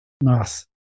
Nice